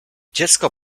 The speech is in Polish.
dziecko